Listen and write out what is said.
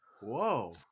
Whoa